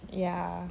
ya